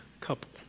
couple